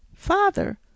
Father